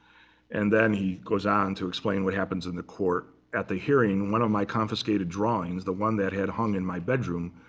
and then he goes on to explain what happens in the court at the hearing. one of my confiscated drawings, the one that had hung in my bedroom,